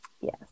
Yes